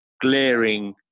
glaring